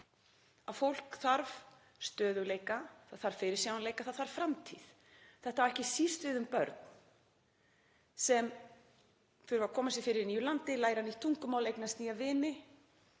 að fólk þurfi stöðugleika, þurfi fyrirsjáanleika, það þurfi framtíð. Þetta á ekki síst við um börn sem þurfa að koma sér fyrir í nýju landi, læra nýtt tungumál, eignast nýja vini.